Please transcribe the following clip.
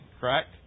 Correct